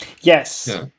Yes